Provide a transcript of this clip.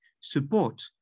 support